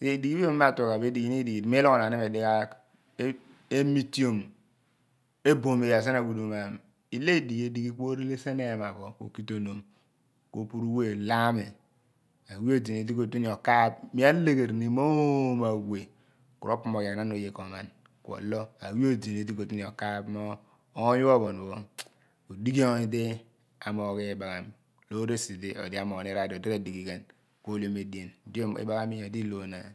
iduon pho iidighi pho mi antugh bo iduon edighi iidighi di mi coghonaan iny dighaagh iboom emiterm eboom iyaar sien aghudum mo ami ilo edighiedighi ku orele sien ehma pho okitonom ku opuru we ilo ami awe odini di kutue ini okaaph mi alogheeri ni mo oomiu awe ku ropoghaan ghan oye ko rulin kuolo ane odini di ko tue ni okaaph mo oony pho ophon odighi oony di amoogh ibaghami loor esi di odi raar di odi raar ighi ghan ku ohle edien di fbaghami nyodi i/loonaan.